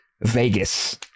Vegas